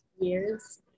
years